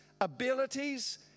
abilities